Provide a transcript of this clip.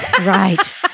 right